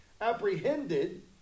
Apprehended